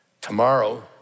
tomorrow